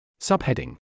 Subheading